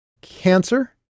Cancer